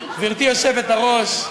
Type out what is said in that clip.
גברתי היושבת-ראש,